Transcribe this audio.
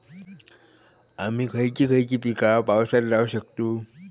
आम्ही खयची खयची पीका पावसात लावक शकतु?